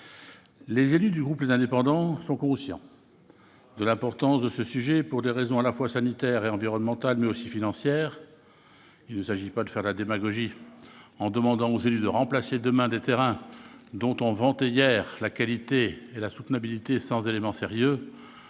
Les élus du groupe Les Indépendants sont conscients de l'importance de ce sujet, pour des raisons à la fois sanitaires et environnementales, mais aussi financières. Il ne s'agit pas de faire de la démagogie en demandant aux élus de remplacer demain des terrains dont on vantait hier la qualité et la soutenabilité sans éléments sérieux.